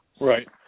Right